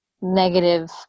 negative